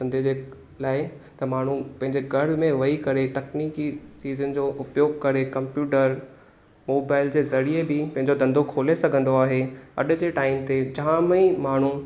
धंधे जे लाइ त माण्हू पंहिंजे कण में वेही करे तकनीकी सीज़न जो उपयोग करे कंप्यूटर मोबाइल जे ज़रिए बि पंहिंजो धंधो खोले सघंदो आहे अॼ जे टाइम ते जाम ई माण्हू